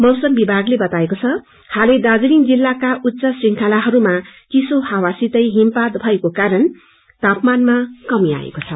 मौसम विभागले बताएको छ हालै दाज्रीलिङ जिल्लाका उच्चश्रेखंलाहरूमा चियो हावासितै हिमपात भएको कारण तापामानमा कमी आएको छ